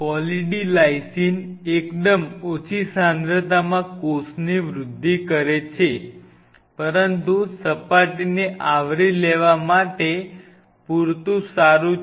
poly D lysine એકદમ ઓછી સાંદ્રતામાં કોષની વૃદ્ધિ કરે છે પરંતુ સપાટીને આવરી લેવા માટે પૂરતું સારું છે